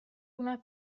una